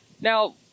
Now